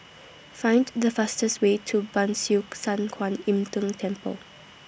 Find The fastest Way to Ban Siew San Kuan Im Tng Temple